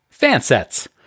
Fansets